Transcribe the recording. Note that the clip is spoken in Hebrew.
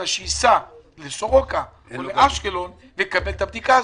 אלא לנסוע לסורוקה או לאשקלון לקבל את הבדיקה.